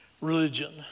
religion